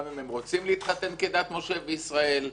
גם אם הם רוצים להתחתן כדת משה וישראל.